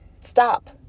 stop